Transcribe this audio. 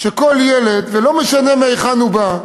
שכל ילד, ולא משנה מהיכן הוא בא,